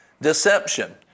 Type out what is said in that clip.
Deception